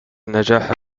النجاح